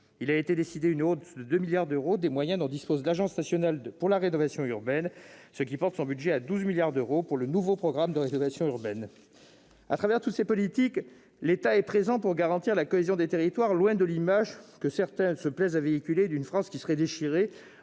il a été décidé une hausse de 2 milliards d'euros des moyens dont dispose l'Agence nationale pour la rénovation urbaine, portant ainsi son budget à 12 milliards d'euros pour le nouveau programme national de rénovation urbaine. Au travers de toutes ces politiques, l'État est présent pour garantir la cohésion des territoires, loin de l'image que certains se plaisent à véhiculer d'une France qui serait déchirée